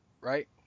right